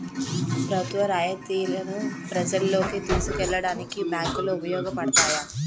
ప్రభుత్వ రాయితీలను ప్రజల్లోకి తీసుకెళ్లడానికి బ్యాంకులు ఉపయోగపడతాయి